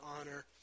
honor